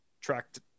tracked